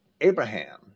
Abraham